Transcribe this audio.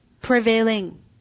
Prevailing